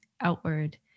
outward